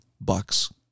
bucks